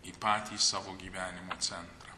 į patį savo gyvenimo centrą